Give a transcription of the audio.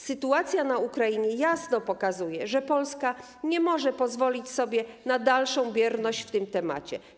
Sytuacja na Ukrainie jasno pokazuje, że Polska nie może pozwolić sobie na dalszą bierność w tej kwestii.